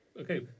Okay